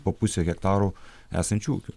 po pusę hektaro esančių ūkių